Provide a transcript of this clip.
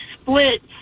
split